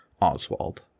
Oswald